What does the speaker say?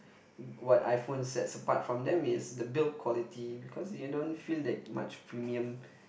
uh what iPhones sets apart from them is the build quality because you don't feel that much premium